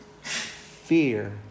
Fear